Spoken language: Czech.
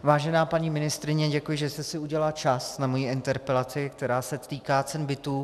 Vážená paní ministryně, děkuji, že jste si udělala čas na moji interpelaci, která se týká cen bytů.